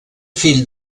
fill